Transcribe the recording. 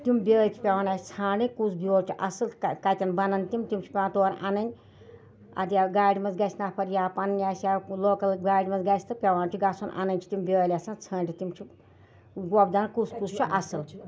تِم بیٛٲلۍ چھِ پیٚوان اَسہِ ژھانڑٕنۍ کُس بیول چھُ اَصٕل کَتٮ۪ن بَنَن تِم تِم چھِ پیٚوان تورٕ اَنٕنۍ اَدٕ یا گاڑِ منٛز گژھِ نفر یا پنٕنۍ آسہِ یا لوکَل گاڑِ منٛز گژھِ تہٕ پیٚوان چھُ گژھُن اَنٕنۍ چھِ تِم بیٛٲلۍ آسان ژھٲنٛڑِتھ تِم چھِ وۄپدان کُس کُس چھُ اَصٕل